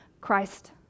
Christ